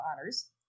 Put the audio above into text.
honors